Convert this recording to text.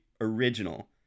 original